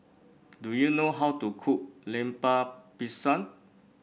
do you know how to cook Lemper Pisang